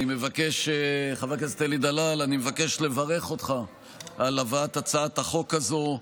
אני מבקש לברך אותך על הבאת הצעת החוק הזאת,